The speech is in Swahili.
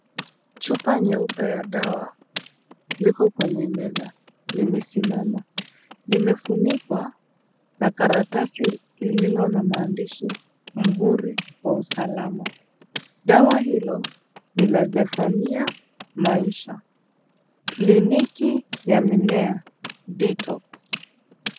Chupa nyeupe ya dawa liko kwenye meza, limesimama . Limefunikwa na karatasi lililona maandishi ,muhuri wa usalama . Dawa hilo ni la Zephaniah Maisha , kliniki ya mimea , detox .